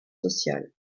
sociales